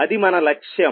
అది మన లక్ష్యం